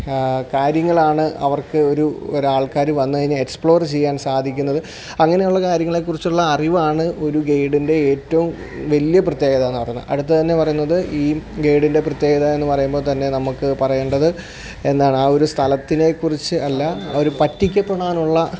കാര്യങ്ങളാണ് അവർക്ക് ഒരു ഒരാൾക്കാർ വന്നു കഴിഞ്ഞാൽ എക്സ്പ്ലോർ ചെയ്യാൻ സാധിക്കുന്നത് അങ്ങനെയുള്ള കാര്യങ്ങളെക്കുറിച്ചുള്ള അറിവാണ് ഒരു ഗേയ്ഡിന്റെ ഏറ്റവും വലിയ പ്രത്യേകതയെന്നു പറയുന്നത് അടുത്തതെന്നു പറയുന്നത് ഈ ഗൈഡിന്റെ പ്രത്യേകതയെന്നു പറയുമ്പോൾത്തന്നെ നമുക്ക് പറയേണ്ടത് എന്താണ് ആ ഒരു സ്ഥലത്തിനേക്കുറിച്ച് അല്ല ആ ഒരു പറ്റിക്കപ്പെടാനുള്ള